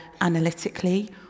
analytically